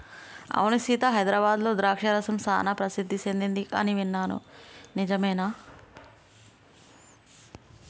అవును సీత హైదరాబాద్లో ద్రాక్ష రసం సానా ప్రసిద్ధి సెదింది అని విన్నాను నిజమేనా